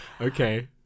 Okay